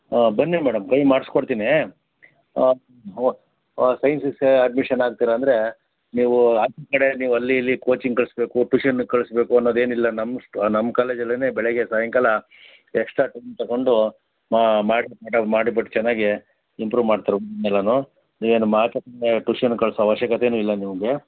ಹಾಂ ಬನ್ನಿ ಮೇಡಮ್ ಕಮ್ಮಿ ಮಾಡಿಸಿಕೊಡ್ತೀನಿ ಸೈನ್ಸಿಗೆ ಸೆ ಅಡ್ಮಿಷನ್ ಆಗ್ತೀರಾ ಅಂದರೆ ನೀವು ಆಚೆ ಕಡೆ ಅಲ್ಲಿ ಇಲ್ಲಿ ಕೋಚಿಂಗಿಗೆ ಕಳಿಸಬೇಕು ಟ್ಯೂಷನಿಗೆ ಕಳಿಸಬೇಕು ಅನ್ನೊದೇನಿಲ್ಲ ನಮ್ಮ ಕಾಲೇಜಲ್ಲೇನೇ ಬೆಳಗ್ಗೆ ಸಾಯಂಕಾಲ ಎಕ್ಸ್ಟ್ರಾ ಟೈಮ್ ತಗೊಂಡು ಮಾ ಮಾಡ್ರ್ ಮಾಡಿಬಿಟ್ಟು ಚೆನ್ನಾಗಿ ಇಂಪ್ರೊ ಮಾಡ್ತಾರೆ ಎಲ್ಲಾನೂ ಏನು ಮಾಟ್ ಟ್ಯೂಷನ್ಗೆ ಕಳಿಸೋ ಅವಶ್ಯಕತೆನೂ ಇಲ್ಲ ನಿಮಗೆ